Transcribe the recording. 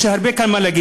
יש לי כאן הרבה מה להגיד.